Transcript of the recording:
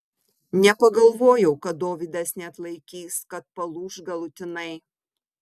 nepagalvojau kad dovydas neatlaikys kad palūš galutinai